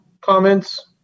comments